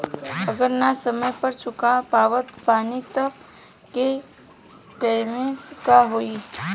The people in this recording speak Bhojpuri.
अगर ना समय पर चुका पावत बानी तब के केसमे का होई?